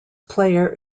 player